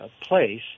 place